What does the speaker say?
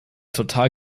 total